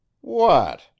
What